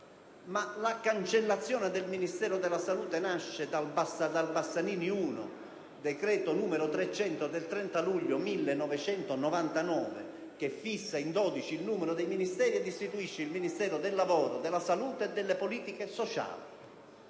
Ma la cancellazione del Ministero della salute nasce dal cosiddetto Bassanini 1, il decreto legislativo 30 luglio 1999, n. 300, che fissa in 12 il numero dei Ministeri e istituisce il Ministero del lavoro, della salute e delle politiche sociali.